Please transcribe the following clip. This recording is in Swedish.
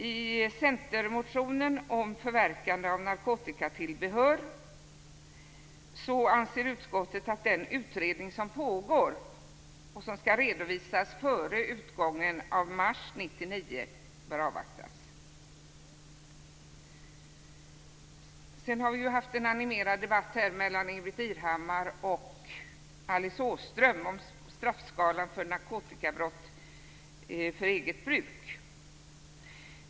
Vad gäller centermotionen om förverkande av narkotikatillbehör anser utskottet att den utredning som pågår och som skall redovisas före utgången av mars 1999 bör avvaktas. Vi har vidare haft en animerad debatt här mellan Ingbritt Irhammar och Alice Åström om straffskalan för narkotikabrott vid eget bruk.